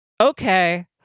Okay